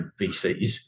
vcs